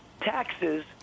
taxes